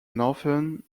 northern